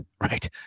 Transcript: right